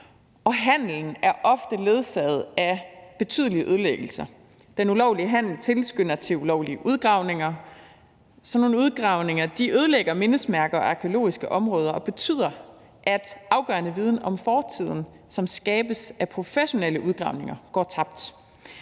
handelen er ofte ledsaget af betydelige ødelæggelser. Den ulovlige handel tilskynder til ulovlige udgravninger, og sådan nogle udgravninger ødelægger mindesmærker og arkæologiske områder og betyder, at afgørende viden om fortiden, som skabes ved professionelle udgravninger, går tabt.